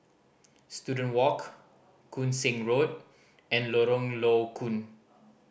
Student Walk Koon Seng Road and Lorong Low Koon